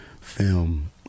film